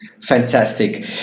Fantastic